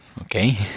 Okay